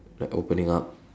like opening up